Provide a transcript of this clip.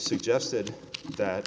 suggested that